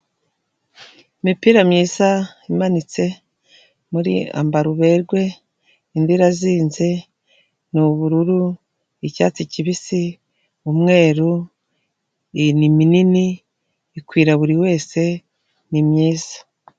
Imipira myiza imanitse muri ambaruberwe, indi irazinze ni ubururu icyatsi kibisi, umweru ni minini ikwira buri wese ni myiza.